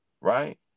right